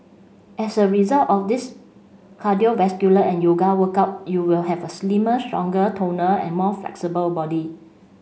as a result of this cardiovascular and yoga workout you will have a slimmer stronger toner and more flexible body